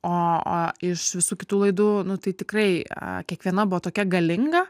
o o iš visų kitų laidų nu tai tikrai kiekviena buvo tokia galinga